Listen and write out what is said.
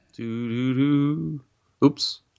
Oops